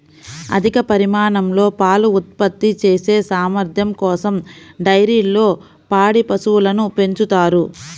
అధిక పరిమాణంలో పాలు ఉత్పత్తి చేసే సామర్థ్యం కోసం డైరీల్లో పాడి పశువులను పెంచుతారు